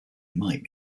might